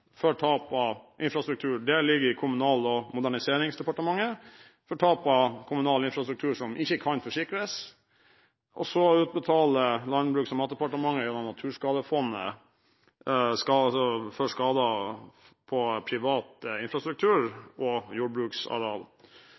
for tap av kommunal infrastruktur som ikke kan forsikres – det ligger hos Kommunal- og moderniseringsdepartementet – og Landbruks- og matdepartementet betaler gjennom Naturskadefondet for skader på privat infrastruktur og